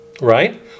right